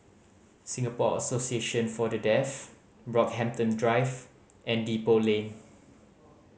Singapore Association For The Deaf Brockhampton Drive and Depot Lane